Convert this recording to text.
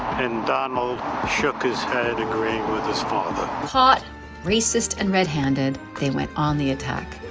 and donald shook his head agreeing with his father caught racist and red-handed they went on the attack.